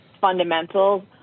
fundamentals